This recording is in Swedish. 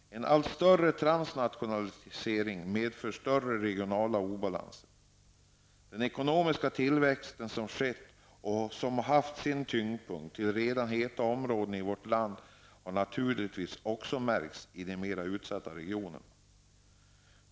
En allt större transnationalisering medför större regional obalans. Den ekonomiska tillväxt som har skett och som haft sin tyngdpunkt till redan heta områden i vårt land har naturligtvis också berört mer utsatta regioner.